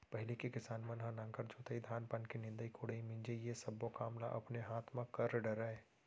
पहिली के किसान मन ह नांगर जोतय, धान पान के निंदई कोड़ई, मिंजई ये सब्बो काम ल अपने हाथ म कर डरय